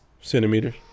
centimeters